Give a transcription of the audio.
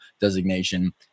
designation